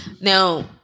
Now